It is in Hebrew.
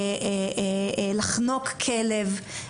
לחנוק כלב,